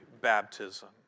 baptism